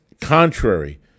contrary